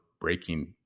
breaking